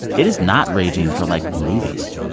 it is not raging for, like, movies.